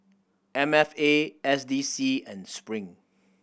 M F A S D C and Spring